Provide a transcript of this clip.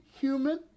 human